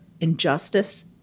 injustice